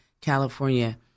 California